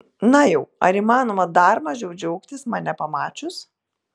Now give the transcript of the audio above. na jau ar įmanoma dar mažiau džiaugtis mane pamačius